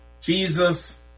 Jesus